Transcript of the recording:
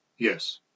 Yes